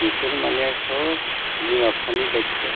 बेफोर माने सब बिमा बिफानि दायत्य